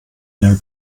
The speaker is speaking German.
mehr